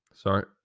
Sorry